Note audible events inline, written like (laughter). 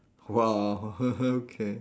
!wow! (laughs) okay